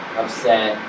upset